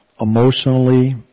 emotionally